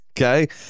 Okay